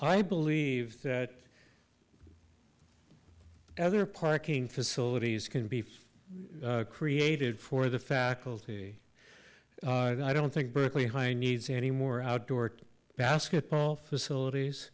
i believe that other parking facilities can be for created for the faculty and i don't think berkeley high needs any more outdoor basketball facilities